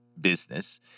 business